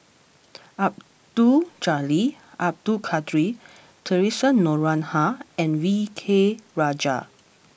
Abdul Jalil Abdul Kadir Theresa Noronha and V K Rajah